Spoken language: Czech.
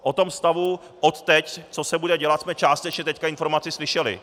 O tom stavu odteď, co se bude dělat, jsme částečně teď informaci slyšeli.